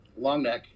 Longneck